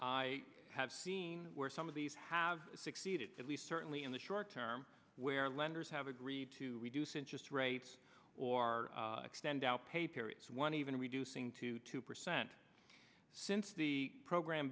i have seen where some of these have succeeded at least certainly in the short term where lenders have agreed to reduce interest rates or extend out one even reducing to two percent since the program